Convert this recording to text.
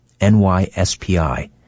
NYSPI